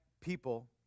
people